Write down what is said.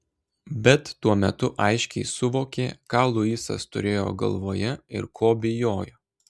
bet tuo metu aiškiai suvokė ką luisas turėjo galvoje ir ko bijojo